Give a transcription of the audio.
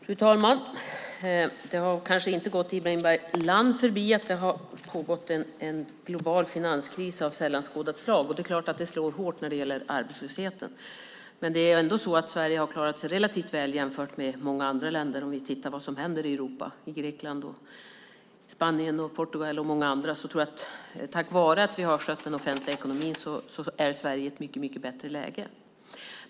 Fru talman! Det har kanske inte gått Ibrahim Baylan förbi att det har pågått en global finanskris av sällan skådat slag som självfallet slår hårt när det gäller arbetslösheten. Sverige har ändå klarat sig relativt väl jämfört med många andra länder, om vi ser vad som händer i Europa, i Grekland, Spanien, Portugal och många andra. Tack vare att vi har skött den offentliga ekonomin är Sverige i ett mycket bättre läge.